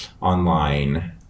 online